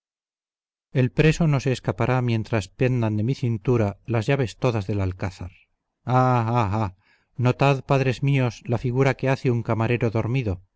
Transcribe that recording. el preso no se escapará mientras pendan de mi cintura las llaves todas del alcázar ah ah ah notad padres míos la figura que hace un camarero dormido